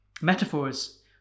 Metaphors